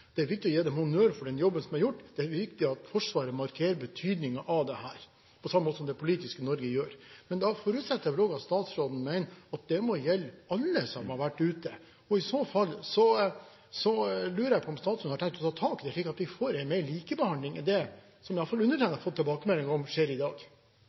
det er viktig å gi dem honnør for den jobben de har gjort, og det er viktig at Forsvaret markerer betydningen av dette, på samme måte som det politiske Norge gjør, men da forutsetter jeg også at statsråden mener at det må gjelde alle som har vært ute. I så fall lurer jeg på om statsråden har tenkt å ta tak i dette, slik at vi får en mer likebehandling enn det som, i hvert fall undertegnede har fått tilbakemelding om, skjer i dag?